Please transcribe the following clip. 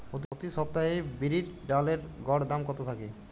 প্রতি সপ্তাহে বিরির ডালের গড় দাম কত থাকে?